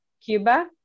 Cuba